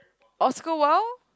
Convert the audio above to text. Oscar well